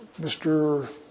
Mr